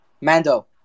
Mando